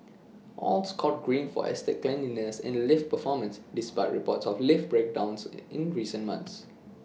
all scored green for estate cleanliness and lift performance despite reports of lift breakdowns in recent months